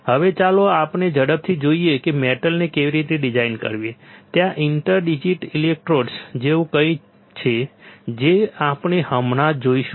હવે ચાલો આપણે ઝડપથી જોઈએ કે મેટલને કેવી રીતે ડિઝાઇન કરવી ત્યાં ઇન્ટર ડિજિટલ ઇલેક્ટ્રોડ્સ જેવું કંઈક છે જે આપણે હમણાં જ જોઈશું